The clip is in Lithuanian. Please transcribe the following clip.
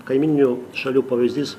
kaimyninių šalių pavyzdys